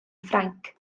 ffrainc